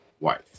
Wife